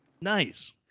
nice